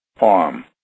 arm